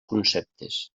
conceptes